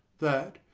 that,